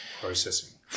processing